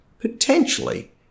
potentially